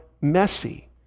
messy